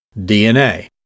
DNA